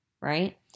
right